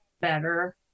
better